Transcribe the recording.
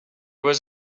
was